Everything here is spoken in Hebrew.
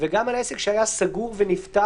וגם על עסק שהיה סגור ונפתח.